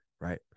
right